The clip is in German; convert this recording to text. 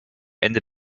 ende